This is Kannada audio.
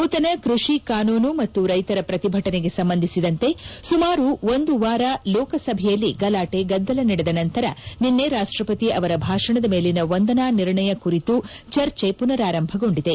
ನೂತನ ಕೃಷಿ ಕಾನೂನು ಮತ್ತು ರೈತರ ಪ್ರತಿಭಟನೆಗೆ ಸಂಬಂಧಿಸಿದಂತೆ ಸುಮಾರು ಒಂದು ವಾರ ಲೋಕಸಭೆಯಲ್ಲಿ ಗಲಾಟಿ ಗದ್ದಲ ನಡೆದ ನಂತರ ನಿನ್ನೆ ರಾಷ್ಲಪತಿ ಅವರ ಭಾಷಣದ ಮೇಲಿನ ವಂದನಾ ನಿರ್ಣಯ ಕುರಿತು ಚರ್ಚೆ ಪುನರಾರಂಭಗೊಂಡಿದೆ